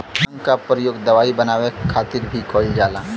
भांग क परयोग दवाई बनाये खातिर भीं करल जाला